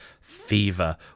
Fever